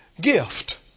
Gift